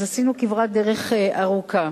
אז עשינו כברת דרך ארוכה.